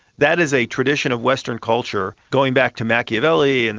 that is a tradition of western culture going back to machiavelli, and